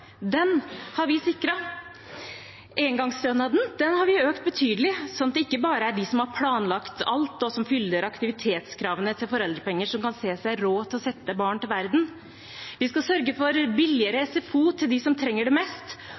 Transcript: Den har vi sikret. Engangsstønaden har vi økt betydelig, sånn at det ikke bare er de som har planlagt alt, og som fyller aktivitetskravene til foreldrepenger, som kan se seg råd til å sette barn til verden. Vi skal sørge for billigere SFO til dem som trenger det mest,